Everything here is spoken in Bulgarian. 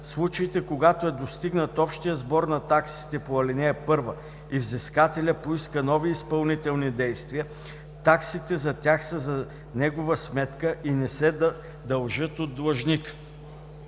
случаите, когато е достигнат общият сбор на таксите по ал. 1 и взискателят поиска нови изпълнителни действия, таксите за тях са за негова сметка и не се дължат от длъжника.“